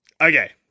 Okay